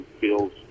feels